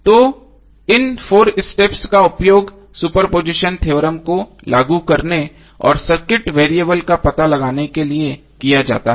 तो इन 4 स्टेप्स का उपयोग सुपरपोजिशन थ्योरम को लागू करने और सर्किट वेरिएबल का पता लगाने के लिए किया जाता है